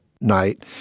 night